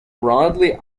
broadly